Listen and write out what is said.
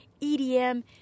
EDM